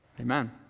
Amen